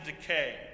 decay